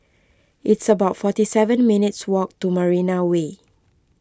it's about forty seven minutes' walk to Marina Way